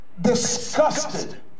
disgusted